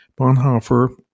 Bonhoeffer